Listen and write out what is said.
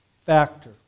factor